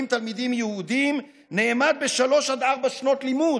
תלמידים יהודים נאמד בשלוש עד ארבע שנות לימוד,